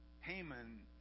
Haman